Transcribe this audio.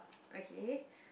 okay